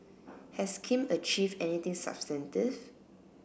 has Kim achieve anything substantive